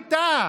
ווליד טאהא,